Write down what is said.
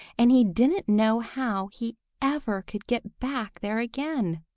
and he didn't know how he ever could get back there again.